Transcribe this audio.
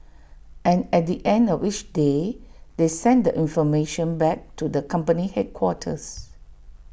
and at the end of each day they send the information back to the company's headquarters